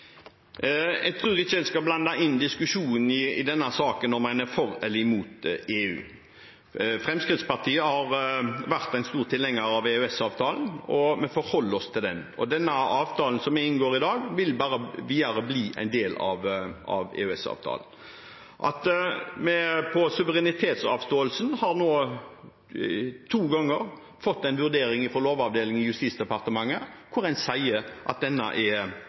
Jeg tror ikke en i denne saken skal blande inn diskusjonen om en er for eller imot EU. Fremskrittspartiet har vært en stor tilhenger av EØS-avtalen, og vi forholder oss til den. Den avtalen som vi inngår i dag, vil bare bli en del av EØS-avtalen videre. Når det gjelder suverenitetsavståelse, har vi nå to ganger fått en vurdering fra lovavdelingen i Justisdepartementet, hvor en sier at denne er